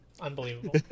Unbelievable